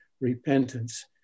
repentance